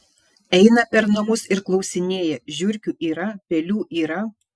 eina per namus ir klausinėja žiurkių yra pelių yra